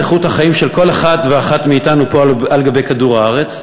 איכות החיים של כל אחד ואחת מאתנו פה על גבי כדור-הארץ.